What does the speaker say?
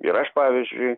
ir aš pavyzdžiui